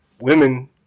women